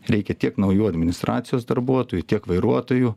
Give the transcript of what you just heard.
reikia tiek naujų administracijos darbuotojų tiek vairuotojų